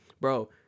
Bro